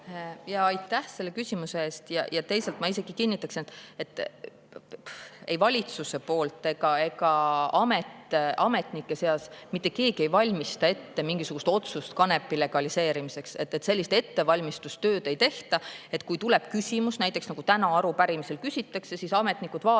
Aitäh selle küsimuse eest! Ma isegi kinnitaksin, et ei valitsuses ega ametnike seas mitte keegi ei valmista ette mingisugust otsust kanepi legaliseerimiseks. Sellist ettevalmistustööd ei tehta. Kui tuleb küsimus, näiteks nagu täna arupärimisel küsitakse, siis ametnikud vaatavad